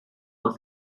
was